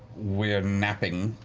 we're napping.